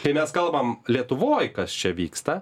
kai mes kalbam lietuvoj kas čia vyksta